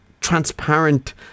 transparent